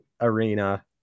arena